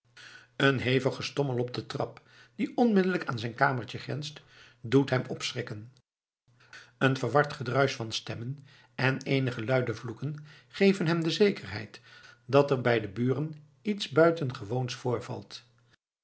een hevig gestommel op de trap die onmiddellijk aan zijn kamertje grenst doet hem opschrikken een verward gedruisch van stemmen en eenige luide vloeken geven hem de zekerheid dat er bij de buren iets buitengewoons voorvalt